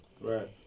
Right